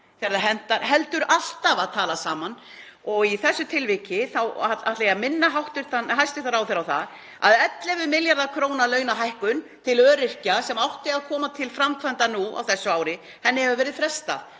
þegar það hentar heldur alltaf að tala saman. Í þessu tilviki þá ætla ég að minna hæstv. ráðherra á það að 11 milljarða kr. launahækkun til öryrkja sem átti að koma til framkvæmda nú á þessu ári hefur verið frestað